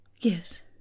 Yes